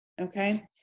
okay